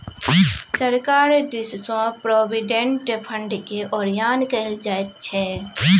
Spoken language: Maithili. सरकार दिससँ प्रोविडेंट फंडकेँ ओरियान कएल जाइत छै